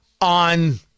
on